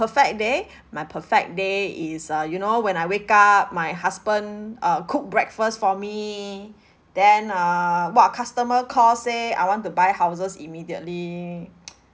perfect day my perfect day is uh you know when I wake up my husband uh cook breakfast for me then err what customer call say I want to buy houses immediately